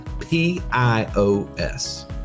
P-I-O-S